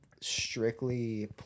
strictly